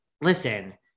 listen